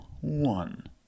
one